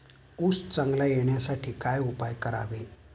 ऊस चांगला येण्यासाठी काय उपाय करावे?